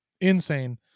Insane